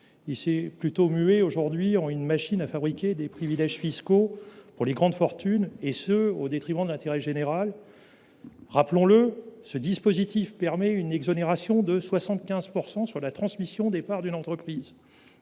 Il s’est plutôt mué en une machine à fabriquer des privilèges fiscaux pour les grandes fortunes, et ce au détriment de l’intérêt général. Rappelons le, ce dispositif permet une exonération de 75 % sur la transmission des parts d’une entreprise.